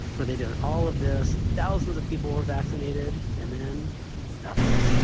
where they did all of this and thousands of people were vaccinated and then nothing